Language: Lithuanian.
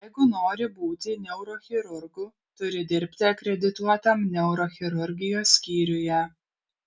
jeigu nori būti neurochirurgu turi dirbti akredituotam neurochirurgijos skyriuje